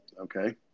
Okay